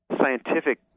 scientific